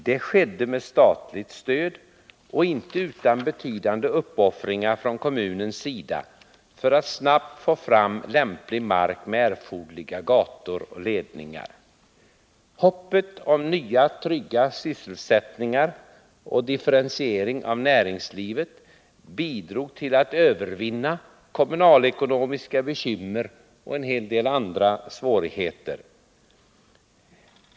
Det skedde med statligt stöd och inte utan betydande uppoffringar från kommunens sida för att Nr 48 snabbt få fram lämplig mark med erforderliga gator och ledningar. Hoppet om nya trygga sysselsättningar och en differentiering av näringslivet bidrog till att övervinna kommunalekonomiska bekymmer och en hel del andra svårigheter.